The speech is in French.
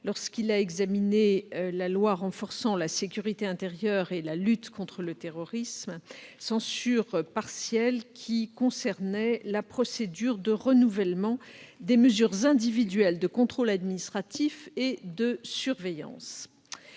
lorsqu'il a examiné la loi renforçant la sécurité intérieure et la lutte contre le terrorisme, ou loi SILT. Cette censure partielle concerne la procédure de renouvellement des mesures individuelles de contrôle administratif et de surveillance,